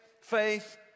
faith